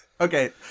Okay